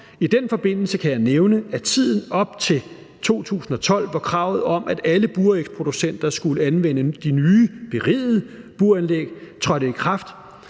I den forbindelse kan jeg nævne, at i tiden op til 2012, hvor kravet om, at alle burægsproducenter skulle anvende de nye berigede buranlæg, trådte i kraft,